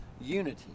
unity